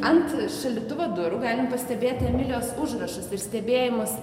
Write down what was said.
ant šaldytuvo durų galim pastebėti emilijos užrašus ir stebėjimus